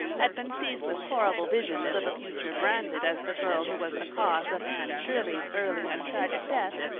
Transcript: had been seized with horrible visions of a future branded as the girl who was the cause of anne shirley's early and tragic death,